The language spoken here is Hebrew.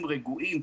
ורגועים.